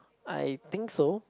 I think so